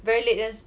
very late then